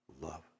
love